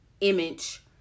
image